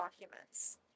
documents